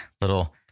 little